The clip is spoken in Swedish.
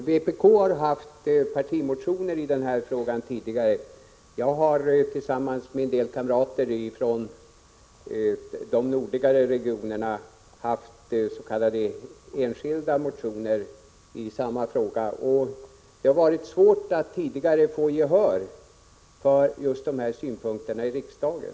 Herr talman! Vpk har väckt partimotioner i denna fråga tidigare. Jag har tillsammans med en del kamrater från de nordligare regionerna väckt s.k. enskilda motioner i samma fråga. Det har varit svårt tidigare att få gehör för just dessa synpunkter i riksdagen.